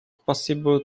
possible